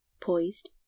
poised